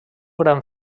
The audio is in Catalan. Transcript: gran